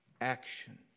action